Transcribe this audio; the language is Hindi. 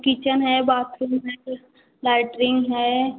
किचन है बाथरूम है लैट्रिंग है